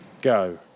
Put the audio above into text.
go